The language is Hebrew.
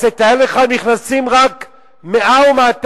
אז תאר לך אם נכנסים רק 100 או 200 איש,